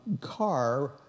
car